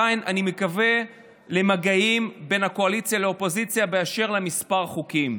אני עדיין מקווה למגעים בין הקואליציה לאופוזיציה באשר לכמה חוקים.